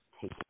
take